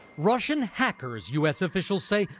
russian hackers, u s. officials say,